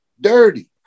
dirty